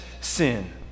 sin